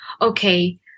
okay